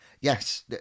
Yes